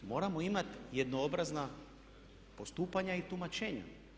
Moramo imati jednoobrazna postupanja i tumačenja.